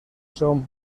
són